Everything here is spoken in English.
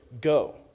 Go